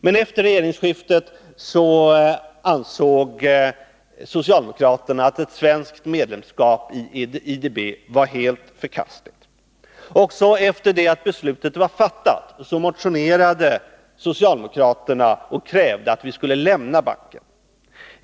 Men efter regeringsskiftet ansåg socialdemokraterna att ett svenskt medlemskap i IDB var helt förkastligt. Också efter det att beslutet var fattat motionerade socialdemokraterna och krävde att Sverige skulle lämna banken.